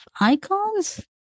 icons